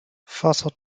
fossil